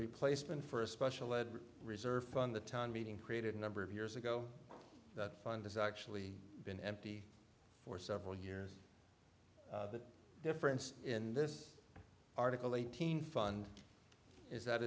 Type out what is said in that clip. replacement for a special ed reserve fund the town meeting created a number of years ago that fund is actually been empty for several years the difference in this article eighteen fund is that